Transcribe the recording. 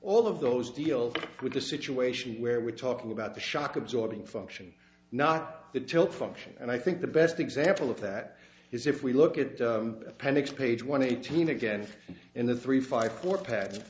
all of those deals with the situation where we're talking about the shock absorbing function not the tilt function and i think the best example of that is if we look at the appendix page one eighteen again in the three five four pat